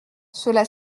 cela